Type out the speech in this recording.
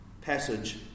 passage